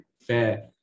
fair